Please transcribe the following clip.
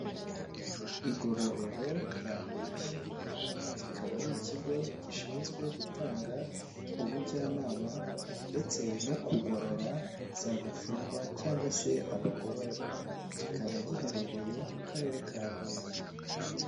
Igororero rya Huye kikaba ari ikigo gishinzwe gutanga ubujyanama ndetse no kugorora zaba imfungwa cyangwa se abagororwa, kikaba giherereye mu karere ka Huye.